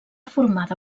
formada